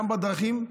גם בדרכים,